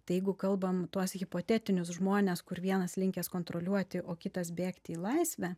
tai jeigu kalbam tuos hipotetinius žmones kur vienas linkęs kontroliuoti o kitas bėgti į laisvę